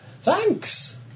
Thanks